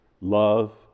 love